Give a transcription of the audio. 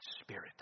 Spirit